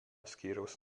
skyriaus